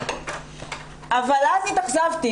אז התאכזבתי.